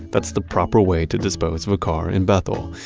that's the proper way to dispose of a car in bethel.